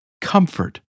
comfort